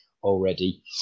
already